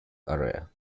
area